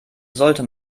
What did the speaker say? sollte